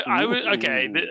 Okay